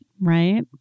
right